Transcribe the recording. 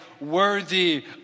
worthy